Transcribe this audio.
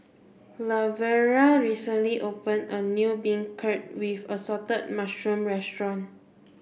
Laverna recently open a new beancurd with assorted mushrooms restaurant